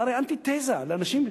זו הרי אנטי-תזה לאנשים.